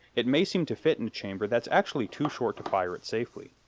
it may seem to fit in a chamber that's actually too short to fire it safely.